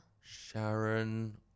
Sharon